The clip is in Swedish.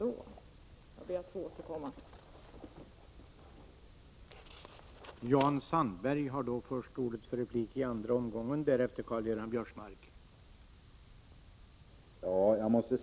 Jag vill senare återkomma till detta.